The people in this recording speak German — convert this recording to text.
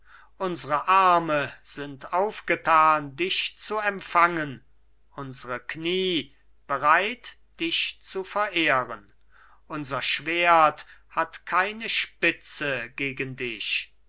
unsre arme sind aufgetan dich zu empfangen unsre knie bereit dich zu verehren unser schwert hat keine spitze gegen dich